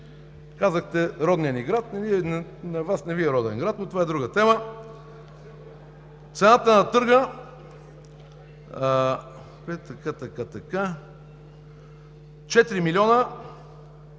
Казахте: родният ни град. На Вас не Ви е роден град, но това е друга тема. Цената на търга е 4 млн.